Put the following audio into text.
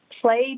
played